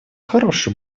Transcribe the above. хороший